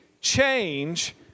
change